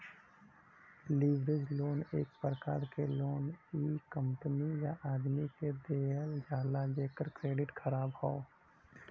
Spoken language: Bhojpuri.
लीवरेज लोन एक प्रकार क लोन इ उ कंपनी या आदमी के दिहल जाला जेकर क्रेडिट ख़राब हौ